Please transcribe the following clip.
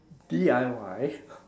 D_I_Y